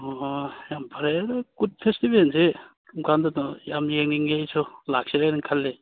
ꯑꯣ ꯌꯥꯝ ꯐꯔꯦ ꯑꯗꯨ ꯀꯨꯠ ꯐꯦꯁꯇꯤꯕꯦꯜꯁꯦ ꯀꯔꯝ ꯀꯥꯟꯗꯅꯣ ꯌꯥꯝ ꯌꯦꯡꯅꯤꯡꯉꯦ ꯑꯩꯁꯨ ꯂꯥꯛꯁꯤꯔꯥꯅ ꯈꯜꯂꯤ